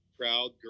proud